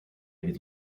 with